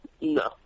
No